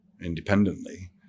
independently